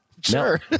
Sure